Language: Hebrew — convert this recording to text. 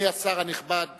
אדוני השר הנכבד